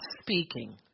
speaking